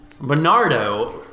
Bernardo